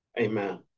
amen